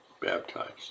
baptized